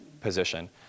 position